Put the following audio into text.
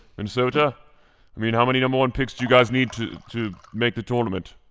minnesota? i mean, how many no. one picks do you guys need to to make the tournament?